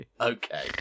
Okay